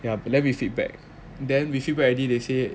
yah but then we feedback then we feedback already they say